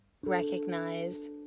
recognize